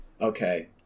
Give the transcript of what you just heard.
okay